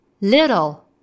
little